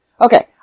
Okay